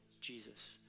Jesus